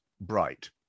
Bright